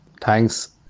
thanks